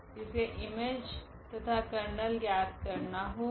हमे इमेज तथा कर्नेल ज्ञात करना होगा